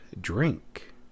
drink